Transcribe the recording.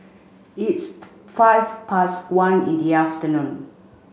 its five past one in the afternoon